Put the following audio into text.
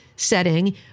setting